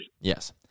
yes